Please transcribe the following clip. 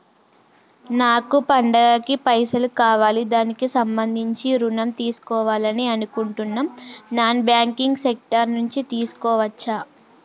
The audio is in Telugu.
నాకు పండగ కి పైసలు కావాలి దానికి సంబంధించి ఋణం తీసుకోవాలని అనుకుంటున్నం నాన్ బ్యాంకింగ్ సెక్టార్ నుంచి తీసుకోవచ్చా?